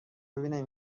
ببینم